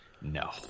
No